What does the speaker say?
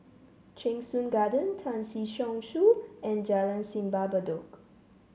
Cheng Soon Garden Tan Si Chong Su and Jalan Simpang Bedok